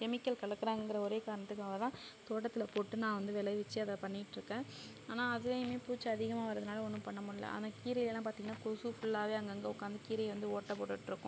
chemical கலக்குகிறாங்கங்கிற ஒரே காரணத்துக்காகதான் தோட்டத்தில் போட்டு நான் வந்து விளைவிச்சி நான் அதை பண்ணிகிட்ருக்கேன் ஆனால் அதிலையுமே பூச்சி அதிகமாக வரதினால ஒன்றும் பண்ண முடியல ஆனால் கீரைலெலாம் பார்த்திங்கன்னா கொசு ஃபுல்லாகவே அங்கங்கே உக்கார்ந்து கீரையை வந்து ஓட்டை போட்டுட்டிருக்கும்